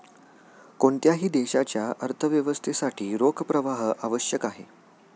कोणत्याही देशाच्या अर्थव्यवस्थेसाठी रोख प्रवाह आवश्यक आहे